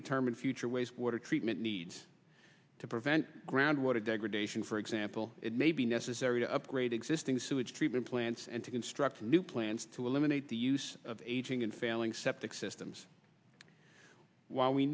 determine future ways water treatment needs to prevent groundwater degradation for example it may be necessary to upgrade existing sewage treatment plants and to construct new plans to eliminate the use of aging and failing septic systems while we